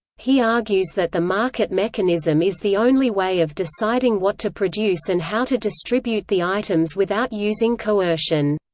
he argues that the market mechanism is the only way of deciding what to produce and how to distribute the items without using coercion.